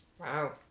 Wow